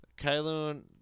Kylo